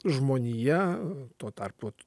žmonija tuo tarpu